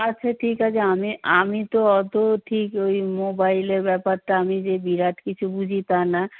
আচ্ছা ঠিক আছে আমি আমি তো অতো ঠিক ওই মোবাইলের ব্যাপারটা আমি যে বিরাট কিছু বুঝি তা না